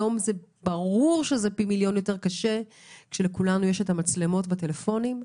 היום ברור שזה פי מיליון יותר קשה כשלכולנו יש את המצלמות בטלפונים.